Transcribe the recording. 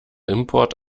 import